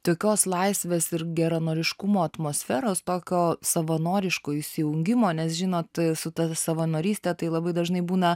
tokios laisvės ir geranoriškumo atmosferos tokio savanoriško įsijungimo nes žinot su ta savanoryste tai labai dažnai būna